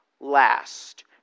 last